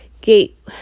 Gate